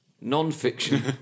Non-fiction